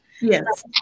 yes